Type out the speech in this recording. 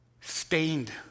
stained